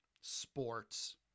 sports